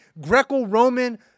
Greco-Roman